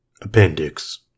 Appendix